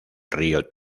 río